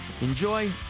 Enjoy